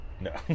No